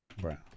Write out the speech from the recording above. Brown